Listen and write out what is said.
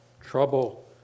trouble